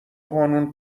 قانون